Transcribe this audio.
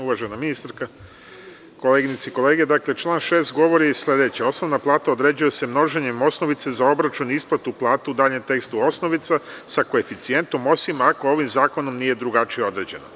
Uvažena ministarka, koleginice i kolege, član 6. govori sledeće – osnovna plata određuje se množenjem osnovice za obračun i isplatu plata (u dalje tekstu osnovica) sa koeficijentom, osim ako ovim zakonom nije drugačije određeno.